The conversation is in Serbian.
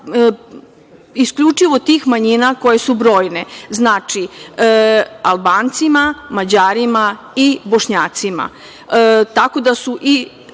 isključivo tih manjina koje su brojne. Znači, Albancima, Mađarima i Bošnjacima. Tako da su i